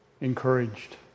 encouraged